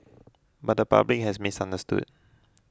but the public has misunderstood